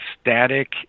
static